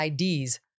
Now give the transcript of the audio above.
IDs